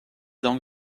donc